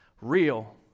Real